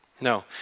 No